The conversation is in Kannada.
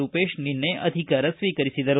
ರೂಪೇಶ್ ನಿನ್ನೆ ಅಧಿಕಾರ ಸ್ನೀಕರಿಸಿದರು